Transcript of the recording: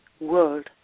world